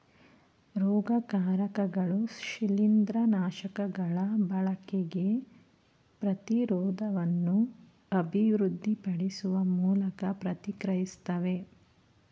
ರೋಗಕಾರಕಗಳು ಶಿಲೀಂದ್ರನಾಶಕಗಳ ಬಳಕೆಗೆ ಪ್ರತಿರೋಧವನ್ನು ಅಭಿವೃದ್ಧಿಪಡಿಸುವ ಮೂಲಕ ಪ್ರತಿಕ್ರಿಯಿಸ್ತವೆ